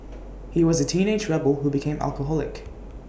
he was A teenage rebel who became alcoholic